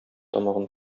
тамагын